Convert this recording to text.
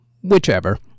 whichever